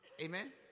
Amen